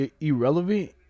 irrelevant